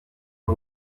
aho